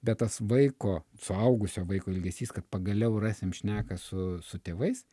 bet tas vaiko suaugusio vaiko elgesys kad pagaliau rasim šneką su su tėvais